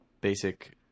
basic